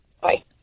Bye